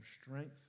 strength